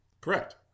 Correct